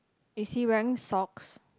is he wearing socks